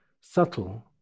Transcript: subtle